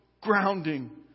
grounding